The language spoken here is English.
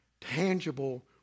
tangible